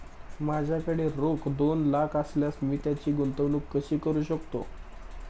माझ्याकडे रोख दोन लाख असल्यास मी त्याची गुंतवणूक कशी करू शकतो?